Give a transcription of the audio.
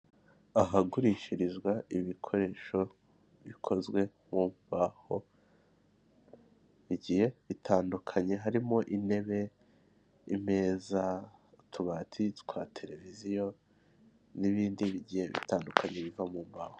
Ahagurishirizwa ibikoresho bikozwe mu mbaho bigiye bitandukanye, harimo intebe, imeza, utubati twa televiziyo n'ibindi bigiye bitandukanye biva mu mbaho.